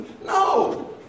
No